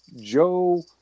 Joe